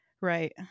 right